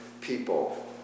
people